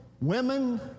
women